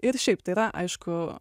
ir šiaip tai yra aišku